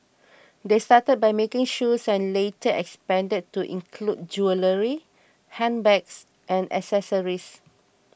they started by making shoes and later expanded to include jewellery handbags and accessories